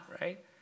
right